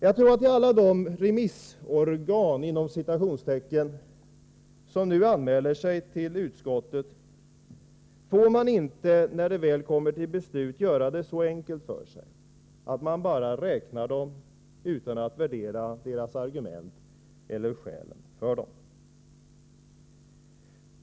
Jag tror att utskottet inte får göra det så enkelt för sig när det väl skall fatta beslut att bara räkna alla de ”remissorgan” som nu anmäler sig till utskottet, utan att värdera deras argument eller skälen för dessa. Herr talman!